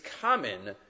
common